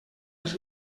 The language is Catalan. els